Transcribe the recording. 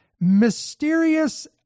mysterious